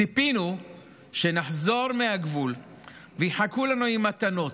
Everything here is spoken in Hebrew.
ציפינו שנחזור מהגבול ויחכו לנו עם מתנות,